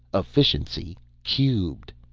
efficiency cubed!